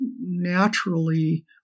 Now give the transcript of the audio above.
naturally